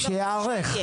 שייערך.